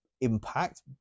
impact